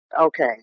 Okay